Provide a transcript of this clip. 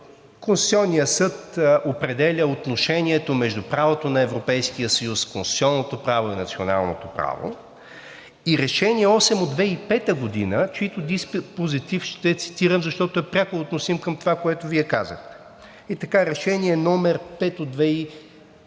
Конституционният съд определя отношението между правото на Европейския съюз, конституционното право и националното право, и Решение № 8 от 2005 г., чийто диспозитив ще цитирам, защото е пряко относим към това, което Вие казахте. Там се казва следното: